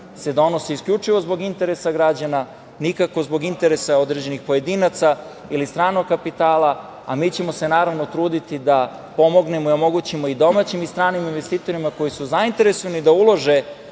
se donose isključivo zbog interesa građana, nikako zbog interesa određenih pojedinca ili stranog kapitala, a mi ćemo se naravno truditi da pomognemo i omogućimo i domaćim i stranim investitorima koji su zainteresovani da ulože